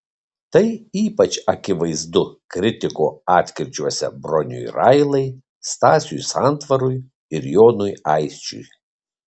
tai ypač akivaizdu kritiko atkirčiuose broniui railai stasiui santvarui ir jonui aisčiui